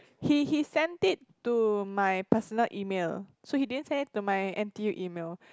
he he sent it to my personal email so he didn't send it to my n_t_u email